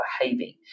behaving